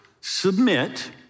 submit